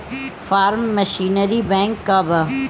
Form machinery bank का बा?